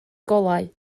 golau